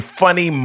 funny